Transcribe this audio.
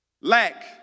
lack